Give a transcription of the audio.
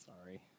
Sorry